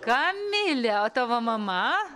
kamilė o tavo mama